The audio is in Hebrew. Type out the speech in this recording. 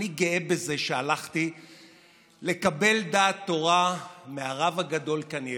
אני גאה בזה שהלכתי לקבל דעת תורה מהרב הגדול קנייבסקי.